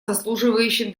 заслуживающим